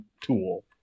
tool